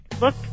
look